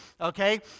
okay